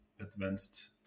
advanced